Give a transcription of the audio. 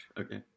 Okay